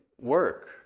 work